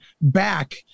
back